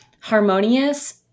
Harmonious